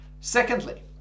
Secondly